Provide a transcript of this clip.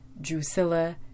Drusilla